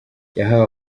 yahawe